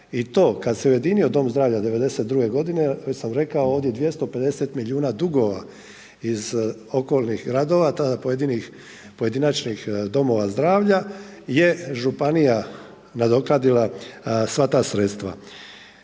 i to kada se ujedinio dom zdravlja 92. godine već sam rekao ovdje, 250 milijuna dugova iz okolnih gradova tada pojedinih pojedinačnih domova zdravlja je županija nadoknadila sva ta sredstva.